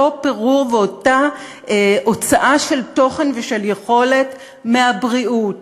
ואותו פירור ואותה הוצאה של תוכן ושל יכולת מהבריאות,